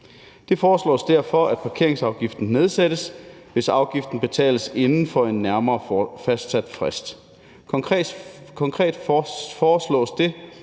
Det foreslås derfor, at parkeringsafgiften nedsættes, hvis afgiften betales inden for en nærmere fastsat frist. Konkret foreslås det,